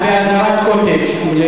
לחברים שלך אין.